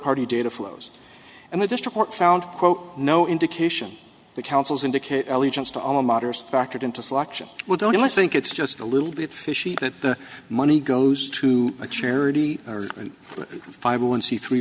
party data flows and the district court found no indication that councils indicate allegiance to a modern factored into selection would only i think it's just a little bit fishy that the money goes to a charity for five one c three